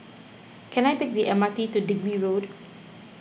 can I take the M R T to Digby Road